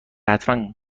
حتما